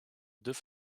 deux